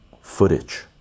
footage